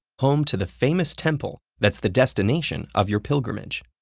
home to the famous temple that's the destination of your pilgrimage.